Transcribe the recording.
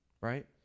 right